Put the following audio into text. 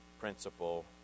principle